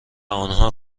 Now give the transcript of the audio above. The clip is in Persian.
آنها